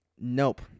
Nope